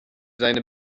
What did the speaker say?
seine